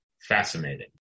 fascinating